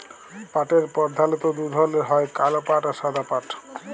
পাটের পরধালত দু ধরলের হ্যয় কাল পাট আর সাদা পাট